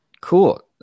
Cool